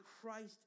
Christ